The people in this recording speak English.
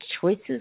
choices